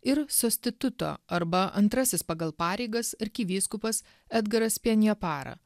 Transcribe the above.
ir sostituto arba antrasis pagal pareigas arkivyskupas edgaras penja para